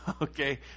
okay